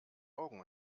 augen